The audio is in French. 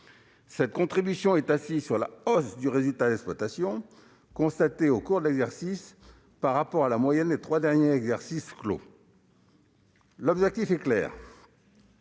Cette contribution est assise sur la hausse du résultat d'exploitation constaté au cours de l'exercice par rapport à la moyenne des trois derniers exercices clos. L'objectif est clair